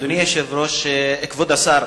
אדוני היושב-ראש, כבוד השר,